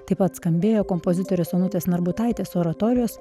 taip pat skambėjo kompozitorės onutės narbutaitės oratorijos